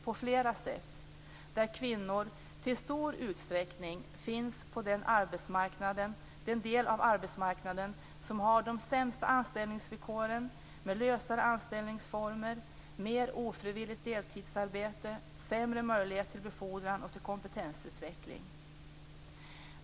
Kvinnor finns i stor utsträckning inom den del arbetsmarknaden som har de sämsta anställningsvillkoren med lösare anställningsformer, mer ofrivilligt deltidsarbete och sämre möjligheter till befordran och kompetensutveckling.